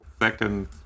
second